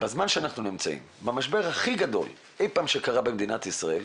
מדוע בזמן שאנחנו נמצאים במשבר הכי גדול אי פעם שקרה במדינת ישראל.